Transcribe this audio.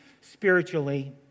spiritually